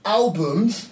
albums